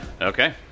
Okay